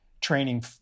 training